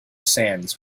sands